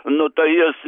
nu tai jis